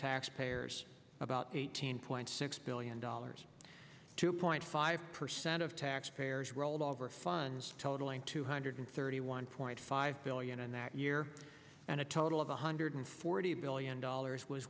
taxpayers about eighteen point six billion dollars two point five percent of taxpayers rolled over funds totaling two hundred thirty one point five billion in that year and a total of one hundred forty billion dollars was